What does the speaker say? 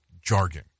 jargon